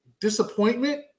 Disappointment